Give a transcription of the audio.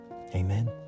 Amen